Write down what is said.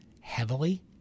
heavily